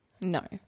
No